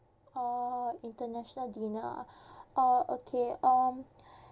orh international dinner ah uh okay um